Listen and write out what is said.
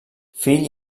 fill